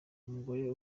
umugore